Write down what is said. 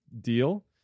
deal